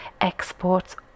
exports